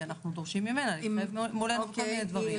אנחנו דורשים ממנה להתחייב על כל מיני דברים.